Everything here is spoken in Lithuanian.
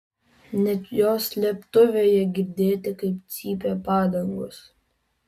net jos slėptuvėje girdėti kaip cypia padangos